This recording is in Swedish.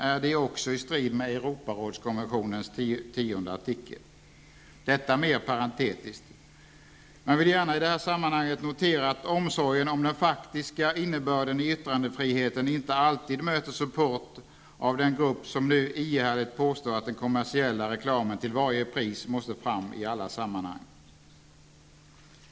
Är de också i strid med artikel 10 i Europarådskonventionen? Detta säger jag mer parentetiskt. Men jag vill gärna i det här sammanhanget notera att omsorgen om den faktiska innebörden i yttrandefriheten inte alltid möter support av den grupp som nu ihärdigt påstår att den kommersiella reklamen till varje pris måste fram i alla sammanhang.